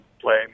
play